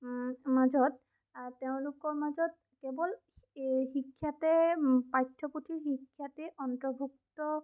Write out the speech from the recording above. মাজত তেওঁলোকৰ মাজত কেৱল এই শিক্ষাতে পাঠ্যপুথিৰ শিক্ষাতে অন্তভুৰ্ক্ত